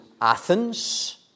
Athens